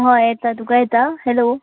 होय येता तुका येता हेलो